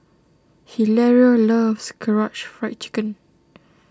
Hilario loves Karaage Fried Chicken